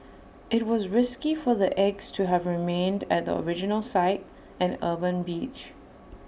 IT was risky for the eggs to have remained at the original site an urban beach